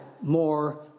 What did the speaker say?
more